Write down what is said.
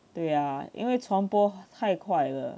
对呀因为传播太快了